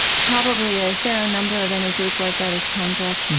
probably a fair number of any group like that is tone deaf,